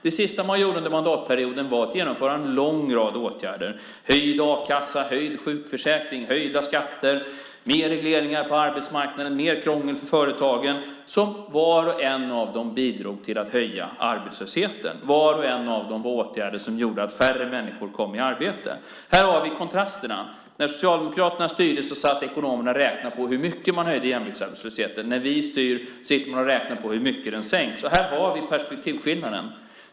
Det sista man gjorde under mandatperioden var att genomföra en lång rad åtgärder - höjd a-kassa, höjd sjukförsäkring, höjda skatter, mer regleringar på arbetsmarknaden, mer krångel för företagen - som var och en av dem bidrog till att höja arbetslösheten. Var och en av dem var åtgärder som gjorde att färre människor kom i arbete. Här har vi kontrasterna. När Socialdemokraterna styrde satt ekonomerna och räknade på hur mycket man höjde jämviktsarbetslösheten. När vi styr sitter de och räknar på hur mycket den sänks. Här har vi perspektivskillnaden.